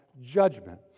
judgment